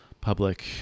public